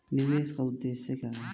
निवेश का उद्देश्य क्या है?